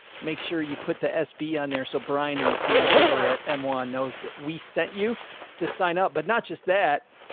make sure you put the sb on there. so brian and the team over at m one knows that we sent you to sign up, but not just that.